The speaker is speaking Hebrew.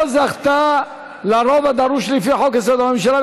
זכתה ברוב הדרוש לפי חוק-יסוד: הממשלה,